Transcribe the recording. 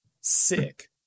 Sick